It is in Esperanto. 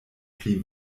pli